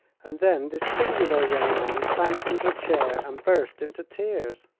and then this singular young man sank into a chair and burst into tears.